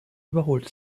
überholt